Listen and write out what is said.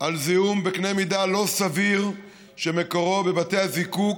על זיהום בקנה מידה לא סביר שמקורו בבתי הזיקוק.